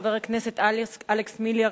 חבר הכנסת אלכס מילר